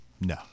No